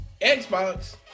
Xbox